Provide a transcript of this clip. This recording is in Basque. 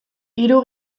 hiru